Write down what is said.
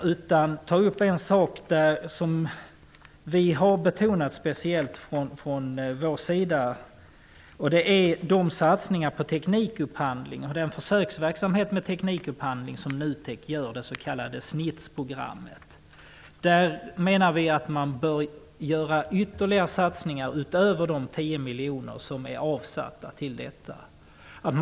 Jag vill ta upp en sak som vi från vår sida speciellt har betonat. Det gäller satsningarna på teknikupphandling och den försöksverksamhet med teknikupphandling som NUTEK gör, det s.k. SNITS-programmet. Man bör göra ytterligare satsningar utöver de 10 miljoner som är avsatta för detta ändamål.